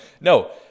no